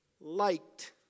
liked